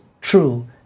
true